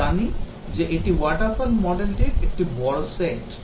আমরা জানি যে এটি waterfall model টির একটি বড় সেট